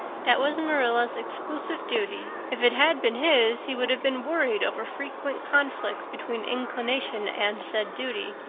that was marilla's exclusive duty if it had been his he would have been worried over frequent conflicts between inclination and said duty.